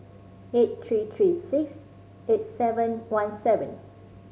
eight three three six eight seven one seven